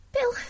Bill